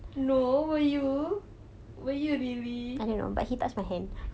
no were you were you really